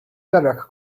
derek